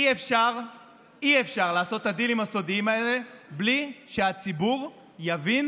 אי-אפשר לעשות את הדילים הסודיים האלה בלי שהציבור יבין